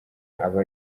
aba